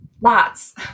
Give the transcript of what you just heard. lots